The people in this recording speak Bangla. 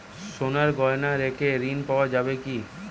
সোনার গহনা রেখে ঋণ পাওয়া যাবে কি?